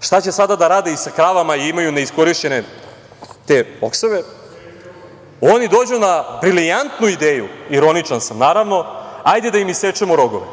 šta će sada da rade i sa kravama i imaju neiskorišćene te bokseve, oni dođu na brilijantnu ideju, ironičan sam, naravno, hajde da im isečemo rogove.